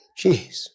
Jeez